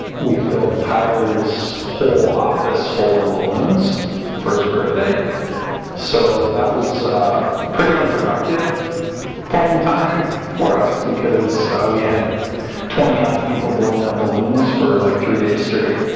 we filled tyler's whole office full of balloons for his birthday so that was a pretty unproductive point in time for us because we had twenty odd people blowing up balloons for like three days straight.